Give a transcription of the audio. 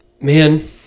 Man